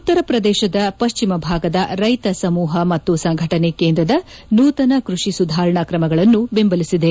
ಉತ್ತರ ಪ್ರದೇಶದ ಪಶ್ಚಿಮ ಭಾಗದ ರೈತ ಸಮೂಹ ಮತ್ತು ಸಂಘಟನೆ ಕೇಂದ್ರದ ನೂತನ ಕೃಷಿ ಸುಧಾರಣಾ ಕ್ರಮಗಳನ್ನು ಬೆಂಬಲಿಸಿದೆ